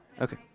Okay